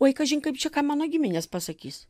oi kažin kaip čia ką mano giminės pasakys